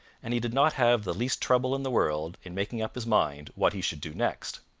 and he did not have the least trouble in the world in making up his mind what he should do next.